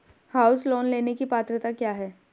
House loan लेने की पात्रता क्या है?